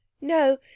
No